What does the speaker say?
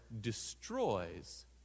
destroys